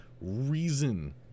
reason